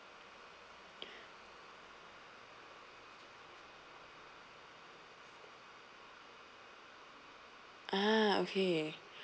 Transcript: ah okay